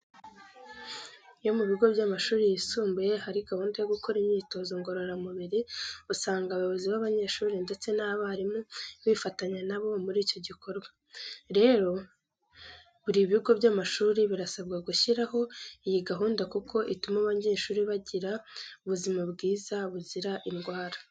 Iyo mu bigo by'amashuri yisumbuye hari gahunda yo gukora imyitozo ngororamubiri, usanga abayobozi b'abanyeshuri ndetse n'abarimu bifatanya na bo muri icyo gikorwa. Rero, buri bigo by'amashuri birasabwa gushyiraho iyi gahunda kuko ituma abanyeshuri bagira ubuzima bwiza buzira indwara.